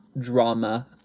Drama